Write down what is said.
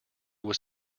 was